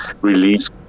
release